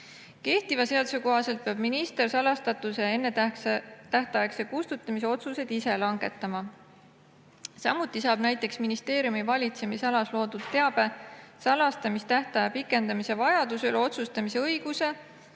Kehtiva seaduse kohaselt peab minister salastatuse ennetähtaegse kustutamise otsused ise langetama. Samuti saab näiteks ministeeriumi valitsemisalas loodud teabe salastamistähtaja pikendamise vajaduse üle otsustamise õiguse